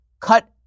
cut